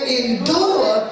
endure